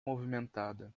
movimentada